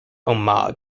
omagh